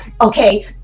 okay